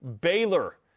Baylor